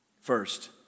First